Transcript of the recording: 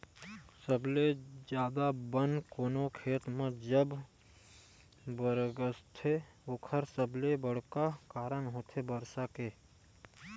सबले जादा बन कोनो खेत म जब बगरथे ओखर सबले बड़का कारन होथे बरसा के